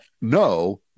no